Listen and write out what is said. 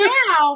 now